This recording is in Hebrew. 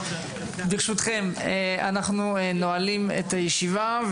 ברשותכם, אנחנו נועלים את הישיבה.